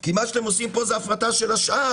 כי מה שאתם עושים פה זה הפרטה של השאר.